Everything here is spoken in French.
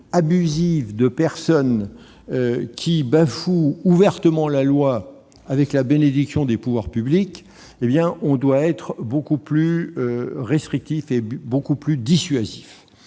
par des personnes qui bafouent ouvertement la loi avec la bénédiction des pouvoirs publics, on doit être beaucoup plus restrictif et dissuasif.